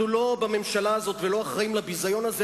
אנחנו לא בממשלה הזאת ולא אחראים לביזיון הזה,